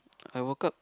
I woke up